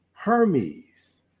Hermes